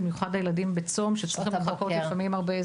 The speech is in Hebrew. במיוחד הילדים בצום שצריכים לפעמים לחכות הרבה.